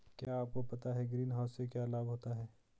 क्या आपको पता है ग्रीनहाउस से क्या लाभ होता है?